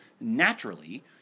naturally